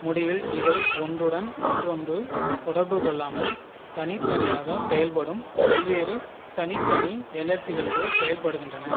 முடிவில் இவை ஒன்றுடன் மற்றொன்று தொடர்புக்கொள்ளாமல் தனித்தனியாகச் செயல்படும் பல்வேறு தனித்தனி எல்எல்ஸிகள் போல் செயல்படுகின்றன